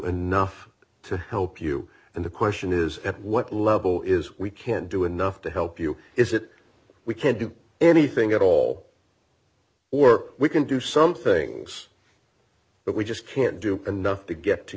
enough to help you and the question is at what level is we can't do enough to help you is it we can't do anything at all or we can do some things but we just can't do enough to get to